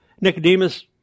Nicodemus